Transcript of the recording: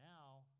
now